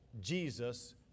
Jesus